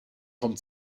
vom